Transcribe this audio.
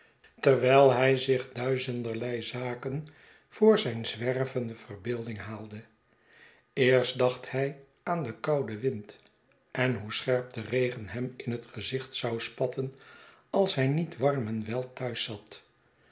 terwijl hij zich duizenderlei zaken voor zijne zwervende verbeelding haalde eerst dacht hij aan den kouden wind en hoe scherp de regen hem in het gezicht zou spatten als hij niet warm en wel thuis